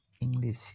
English